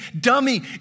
dummy